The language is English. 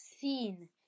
seen